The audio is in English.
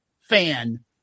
fan